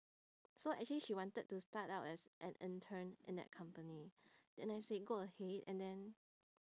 so actually she wanted to start out as an intern in that company then I said go ahead and then